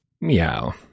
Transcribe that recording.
Meow